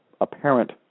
apparent